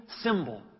symbol